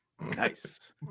Nice